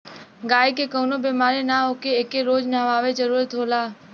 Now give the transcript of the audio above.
गायी के कवनो बेमारी ना होखे एके रोज नहवावे जरुरत होला